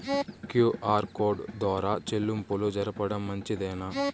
QR code ద్వారా చెల్లింపులు జరపడం మంచిదేనా?